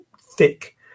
thick